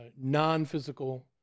non-physical